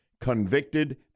convicted